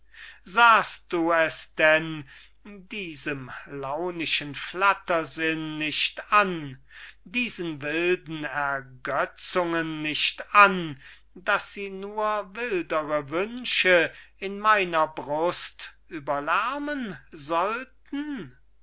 sahst du es denn diesem launischen flattersinn nicht an diesen wilden ergötzungen nicht an daß sie nur wildere wünsche in meiner brust überlärmen sollten